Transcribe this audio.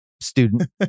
student